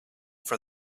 for